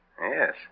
Yes